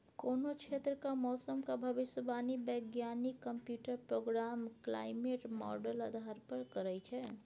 कोनो क्षेत्रक मौसमक भविष्यवाणी बैज्ञानिक कंप्यूटर प्रोग्राम क्लाइमेट माँडल आधार पर करय छै